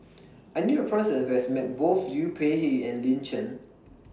I knew A Person Who has Met Both Liu Peihe and Lin Chen